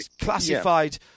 classified